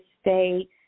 stay